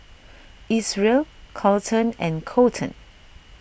Isreal Carleton and Coleton